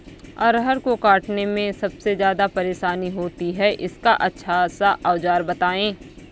अरहर को काटने में सबसे ज्यादा परेशानी होती है इसका अच्छा सा औजार बताएं?